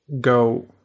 go